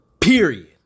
Period